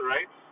Right